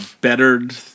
bettered